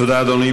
תודה, אדוני.